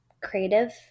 creative